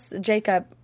Jacob